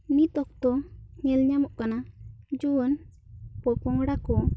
ᱱᱤᱛ ᱚᱠᱛᱚ ᱧᱮᱞ ᱧᱟᱢᱚᱜ ᱠᱟᱱᱟ ᱡᱩᱣᱟᱹᱱ ᱯᱚᱯᱚᱝᱲᱟ ᱠᱚ